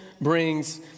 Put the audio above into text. brings